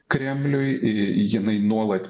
kremliui jinai nuolat